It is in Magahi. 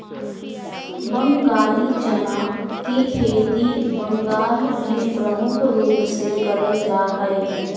बंगाली चना के खेती बंगाल मे प्रमुख रूप से करल जा हय